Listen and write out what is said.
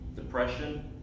depression